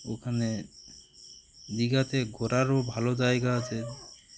ওখানে দীঘাতে ঘোরারও ভালো জায়গা আছে